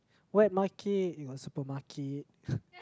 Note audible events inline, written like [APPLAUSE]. wet market you got supermarket [BREATH]